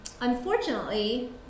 Unfortunately